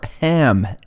ham